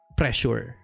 pressure